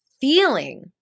feeling